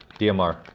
DMR